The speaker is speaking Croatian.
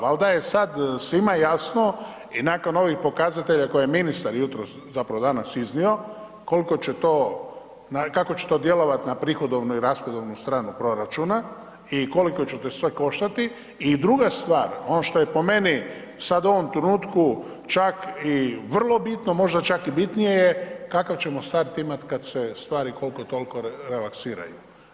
Valjda je sada svima jasno i nakon ovih pokazatelja koje je ministar jutros, zapravo danas iznio koliko će to kako će to djelovati na prihodovnu i rashodovnu stranu proračuna i koliko će to sve koštati i druga stvar ono što je po meni sad u ovom trenutku čak i vrlo bitno, možda čak i bitnije je kakav ćemo start imati kad se stvari koliko toliko relaksiraju.